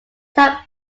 type